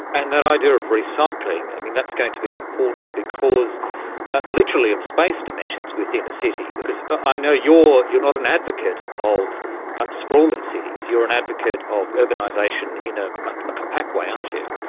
and that idea of recycling, i mean that's going to be important, because literally of space dimensions within a city. because i know you're you're not an advocate of sprawling cities, you're an advocate of urbanisation in ah a compact way, aren't you?